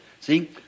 See